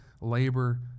labor